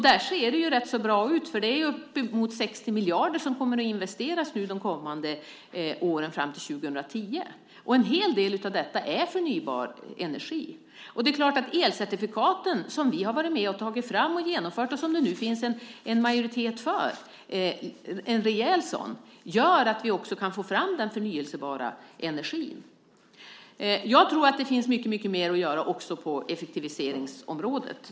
Där ser det rätt bra ut, för det är uppemot 60 miljarder som kommer att investeras de kommande åren fram till 2010, och en hel del av detta är för förnybar energi. Det är klart att elcertifikaten, som vi har varit med om att ta fram och genomföra och som det nu finns en rejäl majoritet för, gör att vi också kan få fram den förnybara energin. Jag tror att det finns mycket mer att göra också på effektiviseringsområdet.